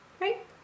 Right